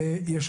שזה כבר חשוב.